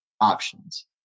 options